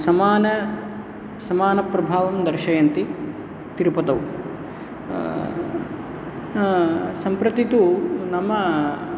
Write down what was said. समान समान प्रभावं दर्शयन्ति तिरुपतौ सम्प्रति तु नाम